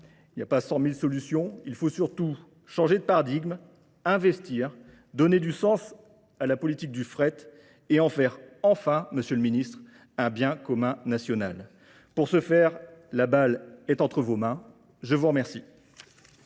Il n'y a pas 100 000 solutions. Il faut surtout changer de paradigme, investir, donner du sens à la politique du fret et en faire enfin, monsieur le ministre, un bien commun national. Pour ce faire, la balle est entre vos mains. Je vous remercie.